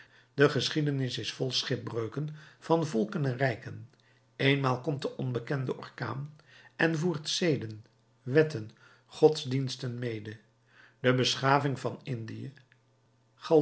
de geschiedenis is vol schipbreuken van volken en rijken eenmaal komt de onbekende orkaan en voert zeden wetten godsdiensten mede de beschaving van indië